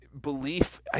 Belief